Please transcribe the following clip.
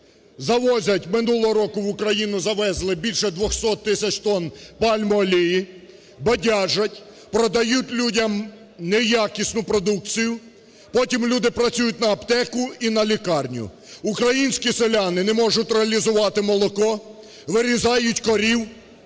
завозять, минулого року в Україну завезли більше 200 тисяч тонн пальмової олії. Бодяжать, продають людям неякісну продукцію. Потім люди працюють на аптеку і на лікарню. Українські селяни не можуть реалізувати молоко, вирізають корів,